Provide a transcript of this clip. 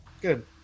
Good